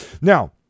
Now